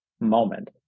moment